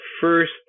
first